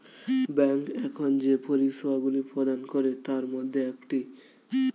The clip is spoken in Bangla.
ব্যাংক এখন যে পরিষেবাগুলি প্রদান করে তার মধ্যে একটি